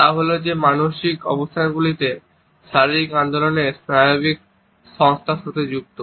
তা হল যে মানসিক অবস্থাগুলি শারীরিক আন্দোলনের স্নায়বিক সংস্থার সাথে যুক্ত